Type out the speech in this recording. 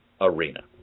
arena